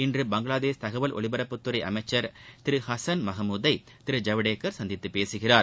இன்று பங்களாதேஷ் தகவல் ஒலிபரப்புத்துறை அமைச்சர் திரு ஹசன் மஹமுத்தை திரு ஜவடேகர் சந்தித்து பேசுகிறார்